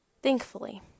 Thankfully